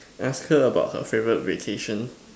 ask her about her favourite vacation